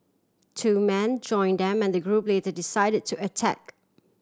two man join them and the group later decided to attack